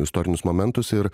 istorinius momentus ir